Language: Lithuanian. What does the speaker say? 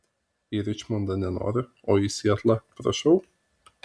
į ričmondą nenori o į sietlą prašau